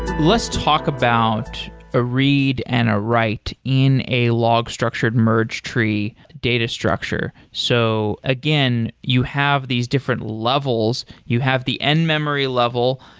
let's talk about a read and a write in a log-structured merge-tree data structure. so again, you have these different levels. you have the n-memory level.